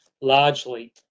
largely